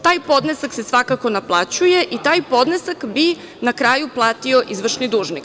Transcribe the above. Taj podnesak se svakako naplaćuje i taj podnesak bi na kraju platio izvršni dužnik.